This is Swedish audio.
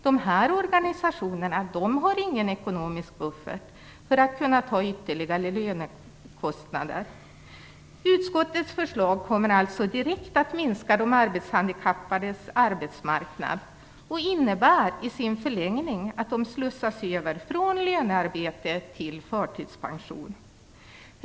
Dessa organisationer har ingen ekonomisk buffert som skulle göra det möjligt för dem att bära ytterligare lönekostnader. Utskottets förslag kommer alltså direkt att minska de arbetshandikappades arbetsmarknad och innebär i sin förlängning att de slussas över från lönearbete till förtidspension.